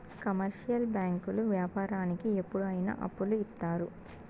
commercial బ్యాంకులు వ్యాపారానికి ఎప్పుడు అయిన అప్పులు ఇత్తారు